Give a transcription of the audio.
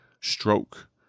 stroke